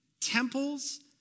temples